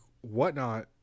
WhatNot